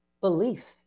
Belief